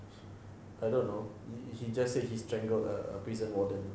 I don't know he just said he strangled a prison warden he looks harmless it looks like those